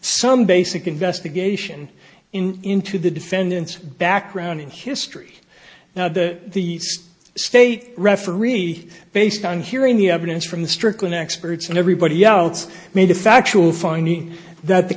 some basic investigation into the defendant's background in history now that the state referee based on hearing the evidence from the stricken experts and everybody else made a factual finding that the